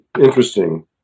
interesting